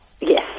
yes